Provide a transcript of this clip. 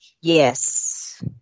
Yes